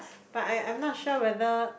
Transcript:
but I I'm not sure whether